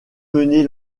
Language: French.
mener